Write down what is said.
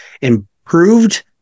improved